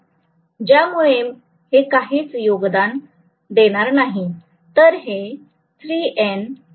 ज्यामुळे हे काहीच योगदान देणार नाही